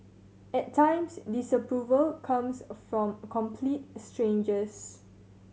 at times disapproval comes from complete strangers